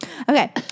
Okay